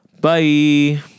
Bye